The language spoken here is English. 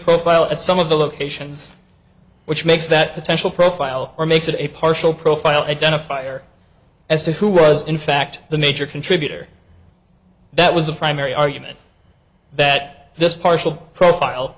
profile at some of the locations which makes that potential profile or makes it a partial profile identifier as to who was in fact the major contributor that was the primary argument that this partial profile